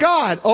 God